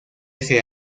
ese